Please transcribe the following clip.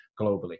globally